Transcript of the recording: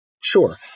Sure